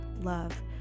love